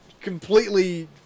completely